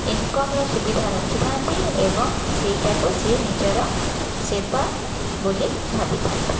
ଇନ୍କମ୍ର ସୁବିଧା ରଖିଥାନ୍ତି ଏବଂ ସେଇଟାକୁ ସେ ନିଜର ସେବା ବୋଲି ଭାବିଥାନ୍ତି